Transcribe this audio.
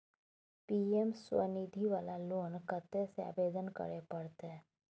PM Svanidhi वाला loan कत्ते से आवेदन करे परतै?